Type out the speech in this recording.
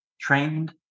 trained